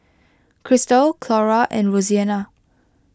Christal Clora and Roseanna